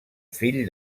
fill